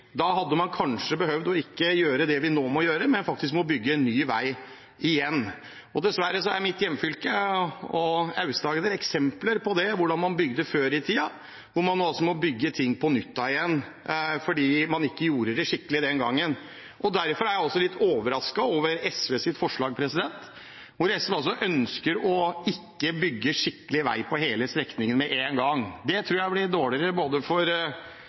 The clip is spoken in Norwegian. mitt hjemfylke og Aust-Agder eksempler på det, hvordan man bygde før i tiden, og hvor man nå altså må bygge ting på nytt igjen fordi man ikke gjorde det skikkelig den gangen. Derfor er jeg litt overrasket over SVs forslag, at SV ønsker å ikke bygge skikkelig vei på hele strekningen med en gang. Det tror jeg blir dårligere både for